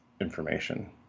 information